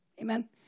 Amen